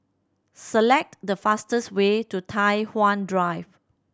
select the fastest way to Tai Hwan Drive